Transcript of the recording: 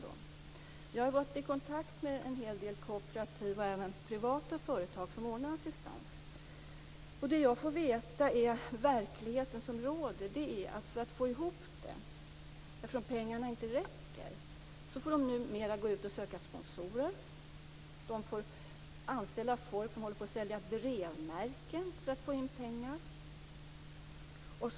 Jag har varit i kontakt med en hel del kooperativa och även privata företag som ordnar assistans. Jag har fått veta, om verkligheten som råder, att för att få ihop det, eftersom pengarna inte räcker, får man numera söka sponsorer. Man får anställa folk som säljer brevmärken för att få in pengar.